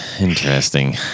Interesting